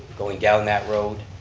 going down that road.